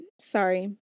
sorry